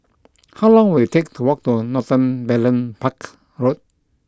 How long will it take to walk to Northumberland Parts Road